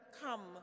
Come